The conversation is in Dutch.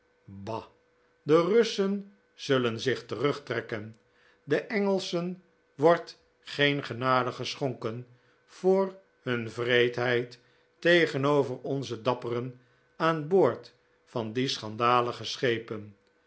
de russen zullen zich terugtrekken den engelschen wordt geen genade geschonken voor hun wreedheid tegenover onze dapperen aan boord van die schandalige schepen